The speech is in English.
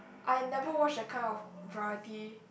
I never watch that kind of variety